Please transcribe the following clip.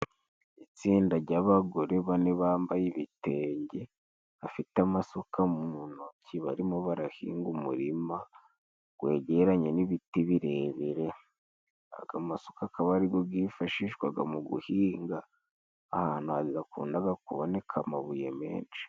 Itsinda ry'abagore bane bambaye ibitenge, bafite amasuka mu ntoki barimo barahinga umurima. Gwegeranye n'ibiti birebire aga masuka, akaba arigo gifashishwaga mu guhinga, ahantu hakundaga kuboneka amabuye menshi.